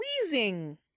pleasing